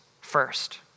first